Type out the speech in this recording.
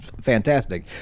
fantastic